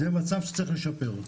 זה מצב שצריך לשפר אותו.